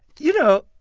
you know,